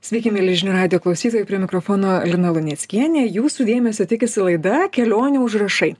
sveiki mieli žinių radijo klausytojai prie mikrofono lina luneckienė jūsų dėmesio tikisi laida kelionių užrašai